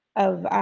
of,